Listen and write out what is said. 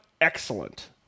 excellent